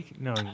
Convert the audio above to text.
No